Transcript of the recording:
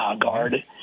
guard